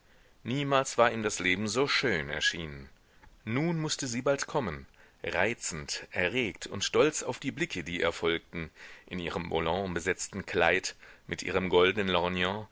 niemals war ihm das leben so schön erschienen nun mußte sie bald kommen reizend erregt und stolz auf die blicke die ihr folgten in ihrem volantbesetzten kleid mit ihrem goldnen